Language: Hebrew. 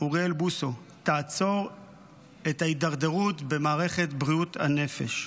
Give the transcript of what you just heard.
אוריאל בוסו: עצור את ההידרדרות במערכת בריאות הנפש.